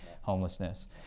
homelessness